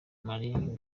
mariah